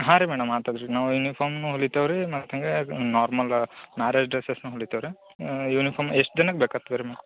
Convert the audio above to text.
ಹಾಂ ರೀ ಮೇಡಮ್ ಹಾಂ ತರಿಸಿ ನಾವು ಯುನಿಫಾರ್ಮ್ ಹೋಲಿತೇವೆ ರೀ ಮತ್ತೆ ಹಾಗೆ ನಾರ್ಮಲ್ ಮಾರೇಜ್ ಡ್ರಸಸ್ನು ಹೋಲಿತೇವೆ ರೀ ಯುನಿಫಾರ್ಮ್ ಎಷ್ಟು ಜನಕ್ಕೆ ಬೇಕಾಗ್ತದೆ ರೀ ಮ್ಯಾಮ್